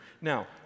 Now